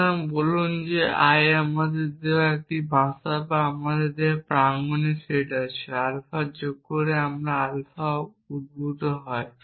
সুতরাং বলুন যে l আমাদের দেওয়া একটি ভাষা বা আমাদের দেওয়া প্রাঙ্গনের সেট আছে l আলফা যোগ করে আলফা উদ্ভূত হয়